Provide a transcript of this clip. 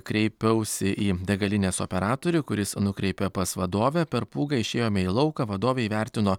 kreipiausi į degalinės operatorių kuris nukreipė pas vadovę per pūgą išėjome į lauką vadovė įvertino